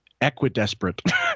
equidesperate